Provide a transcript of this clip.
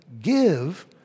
give